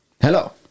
Hello